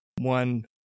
one